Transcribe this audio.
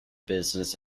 business